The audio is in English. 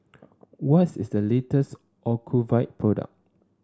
what's is the latest Ocuvite product